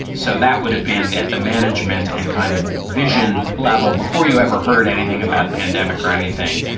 so that would have been at the management and kind of vision level before you ever heard anything about pandemic or anything.